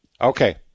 Okay